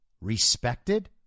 respected